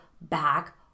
back